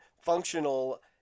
functional